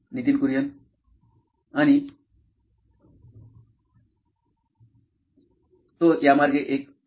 Nitin Kurian COO nine electronics आणि आणि तो यामार्गे एक व्यक्तिमत्व आहे बरोबर